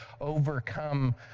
overcome